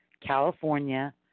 California